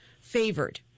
favored